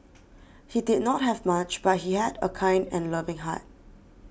he did not have much but he had a kind and loving heart